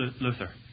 Luther